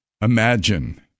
Imagine